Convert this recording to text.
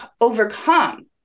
overcome